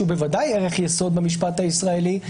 שהוא בוודאי ערך יסוד במשפט הישראלי,